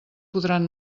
podran